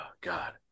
God